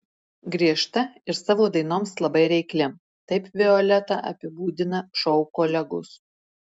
griežta ir savo dainoms labai reikli taip violetą apibūdina šou kolegos